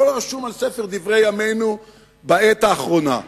הכול רשום בספר דברי ימינו בעת האחרונה,